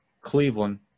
Cleveland